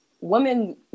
women